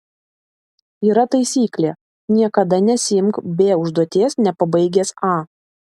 yra taisyklė niekada nesiimk b užduoties nepabaigęs a